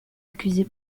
accusé